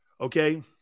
Okay